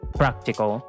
practical